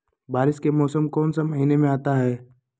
बारिस के मौसम कौन सी महीने में आता है?